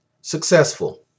successful